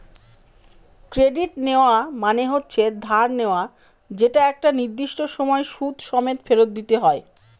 credit নেওয়া মানে হচ্ছে ধার নেওয়া যেটা একটা নির্দিষ্ট সময় সুদ সমেত ফেরত দিতে হয়